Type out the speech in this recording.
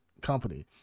company